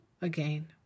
again